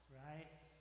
right